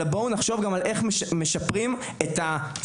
אלא בואו נחשוב גם על איך משפרים את השיח,